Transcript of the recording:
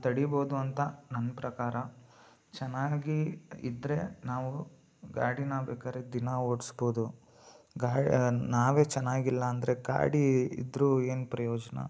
ತಡೀಬೋದು ಅಂತ ನನ್ನ ಪ್ರಕಾರ ಚೆನ್ನಾಗಿ ಇದ್ದರೆ ನಾವು ಗಾಡಿನ ಬೇಕಾದ್ರೆ ದಿನಾ ಓಡಡಿಸ್ಬೋದು ಗಾ ನಾವೇ ಚೆನ್ನಾಗಿಲ್ಲ ಅಂದರೆ ಗಾಡಿ ಇದ್ದರು ಏನು ಪ್ರಯೋಜನ